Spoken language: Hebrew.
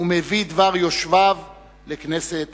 ומביא דבר יושביו לכנסת ישראל.